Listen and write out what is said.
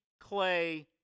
clay